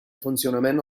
funcionament